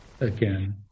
again